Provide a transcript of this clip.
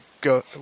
go